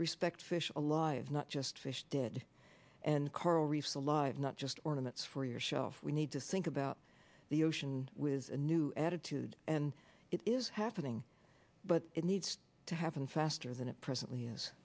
respect fish alive not just fish did and coral reefs alive not just ornaments for yourself we need to think about the ocean with a new attitude and it is happening but it needs to happen faster than it presently